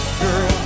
girl